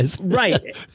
Right